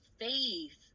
faith